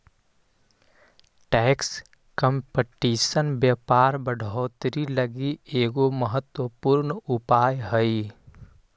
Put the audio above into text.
tax competition व्यापार बढ़ोतरी लगी एगो महत्वपूर्ण उपाय हई